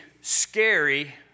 scary